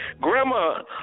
grandma